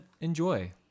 enjoy